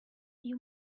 you